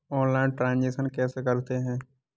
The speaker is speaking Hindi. ऑनलाइल ट्रांजैक्शन कैसे करते हैं?